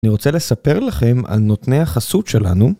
‫אני רוצה לספר לכם על נותני החסות שלנו.